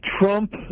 Trump